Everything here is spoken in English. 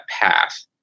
path